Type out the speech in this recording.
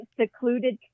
secluded